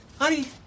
honey